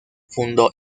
fundó